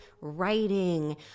writing